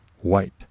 white